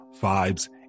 vibes